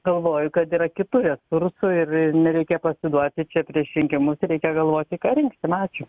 galvoju kad yra kitų resursų ir nereikėtų atiduoti čia prieš rinkimus ir reikia galvoti ką rinksim ačiū